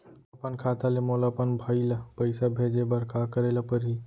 अपन खाता ले मोला अपन भाई ल पइसा भेजे बर का करे ल परही?